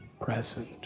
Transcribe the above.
present